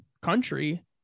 country